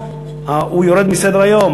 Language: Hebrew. ירד מסדר-היום,